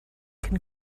can